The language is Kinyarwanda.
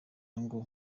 ngo